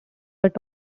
but